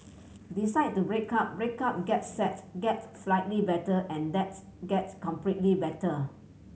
decide to break up break up get sad get slightly better and that's gets completely better